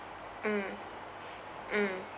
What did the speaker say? mm mm